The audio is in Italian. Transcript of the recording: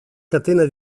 catena